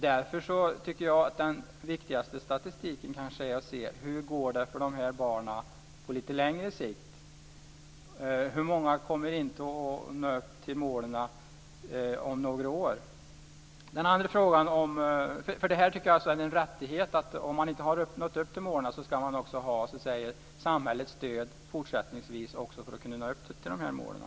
Därför tycker jag att den viktigaste statistiken kanske är att se hur det går för de här barnen på lite längre sikt, hur många som inte kommer att nå upp till målen om några år. Om man inte har nått upp till målen ska det vara en rättighet att få samhällets stöd också fortsättningsvis för att kunna nå upp till målen.